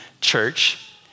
church